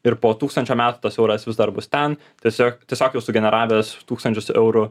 ir po tūkstančio metų tas euras vis dar bus ten tiesiog tiesiog jau sugeneravęs tūkstančius eurų